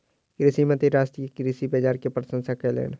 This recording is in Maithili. कृषि मंत्री राष्ट्रीय कृषि बाजार के प्रशंसा कयलैन